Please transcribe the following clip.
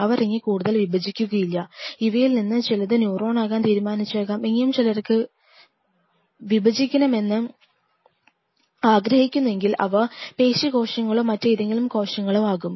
അവർ ഇനി കൂടുതൽ വിഭജിക്കുകയില്ല ഇവയിൽ നിന്ന് ചിലത് ന്യൂറോണാകാൻ തീരുമാനിച്ചേക്കാം ഇനിയും ചിലർക്ക് വിഭജിക്കണമെന്ന് ആഗ്രഹിക്കുന്നുവെങ്കിൽ അവ പേശി കോശങ്ങളോ മറ്റേതെങ്കിലും കോശങ്ങളോ ആകും